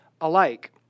alike